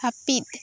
ᱦᱟᱯᱤᱫ